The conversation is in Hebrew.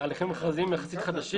ההליכים המכרזיים הם יחסית חדשים